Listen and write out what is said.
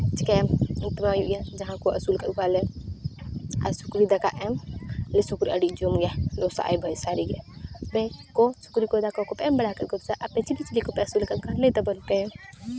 ᱪᱤᱠᱟᱹᱭᱟᱢ ᱜᱩᱯᱤ ᱢᱟ ᱦᱩᱭᱩᱜ ᱜᱮᱭᱟ ᱡᱟᱦᱟᱸᱭ ᱠᱚ ᱟᱹᱥᱩᱞ ᱟᱠᱟᱫ ᱠᱚᱣᱟ ᱞᱮ ᱟᱨ ᱥᱩᱠᱨᱤ ᱫᱟᱠᱟ ᱮᱢ ᱟᱞᱮ ᱨᱮᱱ ᱥᱩᱠᱨᱤ ᱟᱹᱰᱤ ᱡᱚᱢ ᱜᱮᱭᱟᱭ ᱞᱚᱥᱟᱜ ᱟᱭ ᱵᱟᱹᱭ ᱥᱟᱹᱨᱤ ᱜᱮ ᱢᱮᱨᱚᱢ ᱠᱚ ᱥᱩᱠᱨᱤ ᱠᱚ ᱫᱟᱠᱟ ᱠᱚᱯᱮ ᱮᱢ ᱵᱟᱲᱟ ᱟᱠᱟᱫ ᱠᱚᱣᱟ ᱥᱮ ᱵᱟᱝ ᱟᱨ ᱟᱯᱮ ᱪᱤᱞᱤ ᱪᱤᱞᱤ ᱠᱚᱯᱮ ᱟᱹᱥᱩᱞ ᱟᱠᱟᱫ ᱠᱚᱣᱟ ᱞᱟᱹᱭ ᱛᱟᱵᱚᱞ ᱯᱮ